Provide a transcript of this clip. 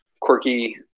quirky